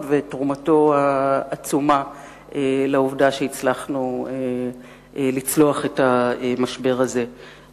תרומתו לכך שהצלחנו לצלוח את המשבר הזה עצומה.